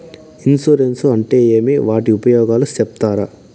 Insurance అంటే ఏమి? వాటి ఉపయోగాలు సెప్తారా?